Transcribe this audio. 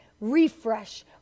refresh